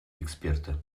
эксперты